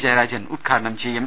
ജയരാജൻ ഉദ്ഘാടനം ചെയ്യും